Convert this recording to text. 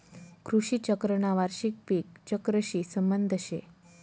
कृषी चक्रना वार्षिक पिक चक्रशी संबंध शे